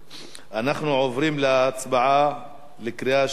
עוברים להצבעה בקריאה שלישית